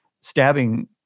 stabbing